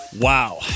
Wow